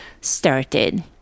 started